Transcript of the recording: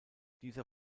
dieser